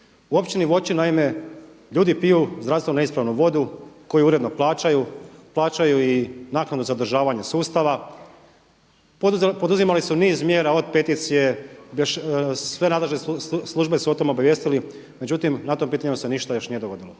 U Općini Voćin naime ljudi piju zdravstveno neispravnu vodu koju uredno plaćaju, plaćaju i naknadu za održavanje sustava. Poduzimali su niz mjera od peticije, sve nadležne službe su o tome obavijestili međutim na tom pitanju se ništa još nije dogodilo.